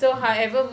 mm